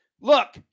Look